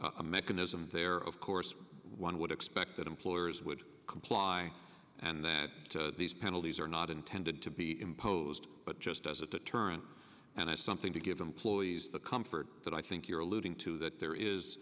is a mechanism there of course one would expect that employers would comply and that these penalties are not intended to be imposed but just as a deterrent and it's something to give them ploy ease the comfort that i think you're alluding to that there is